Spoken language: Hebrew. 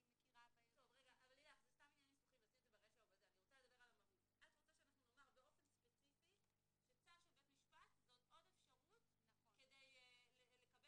אני פותחת את הדיון בנושא: הצעת חוק התקנת